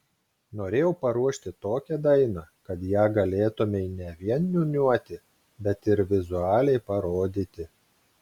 norėjau paruošti tokią dainą kad ją galėtumei ne vien niūniuoti bet ir vizualiai parodyti